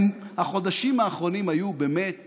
החודשים האחרונים היו באמת